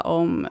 om